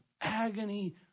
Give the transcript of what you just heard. agony